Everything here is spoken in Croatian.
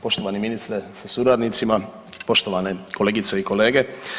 Poštovani ministre sa suradnicima, poštovane kolegice i kolege.